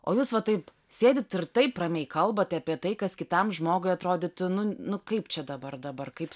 o jūs va taip sėdit ir taip ramiai kalbat apie tai kas kitam žmogui atrodytų nu nu kaip čia dabar dabar kaip